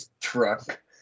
truck